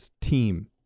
team